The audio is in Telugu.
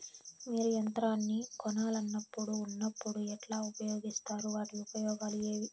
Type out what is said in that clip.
మీరు యంత్రాన్ని కొనాలన్నప్పుడు ఉన్నప్పుడు ఎట్లా ఉపయోగిస్తారు వాటి ఉపయోగాలు ఏవి?